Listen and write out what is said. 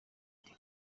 ati